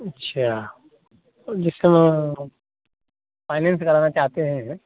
अच्छा जिस समय फाइनैन्स करना चाहते हैं